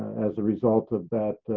as a result of that,